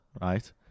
Right